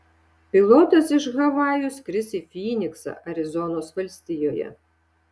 pilotas iš havajų skris į fyniksą arizonos valstijoje